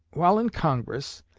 while in congress,